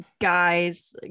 guys